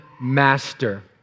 master